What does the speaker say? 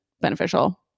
beneficial